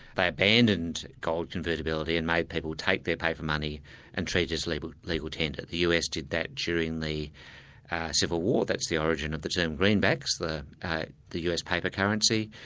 they abandoned gold convertibility and made people take their paper money and treat it as legal legal tender. the us did that during the civil war, that's the origin of the term greenbacks, the the us paper currency.